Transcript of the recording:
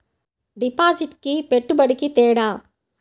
డిపాజిట్కి పెట్టుబడికి తేడా?